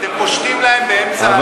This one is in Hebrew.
אתם פושטים עליהם באמצע הלילה,